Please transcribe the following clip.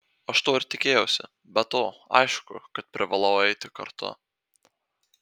aš to ir tikėjausi be to aišku kad privalau eiti kartu